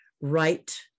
right